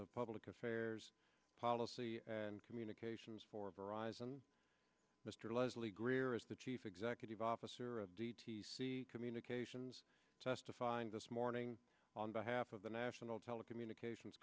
of public affairs policy and communications for verizon mr leslie greer is the chief executive officer of d t c communications testifying this morning on behalf of the national telecommunications